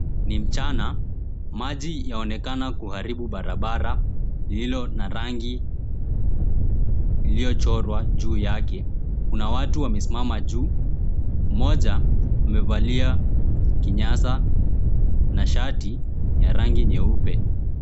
Ni mchana maji yaonekana kuharibu barabara lililo na rangi Iliyochorwa juu yake. Kuna watu wamesimama juu. Mmoja amevalia kinyasa na shati ya rangi nyeupe.